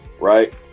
right